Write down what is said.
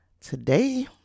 today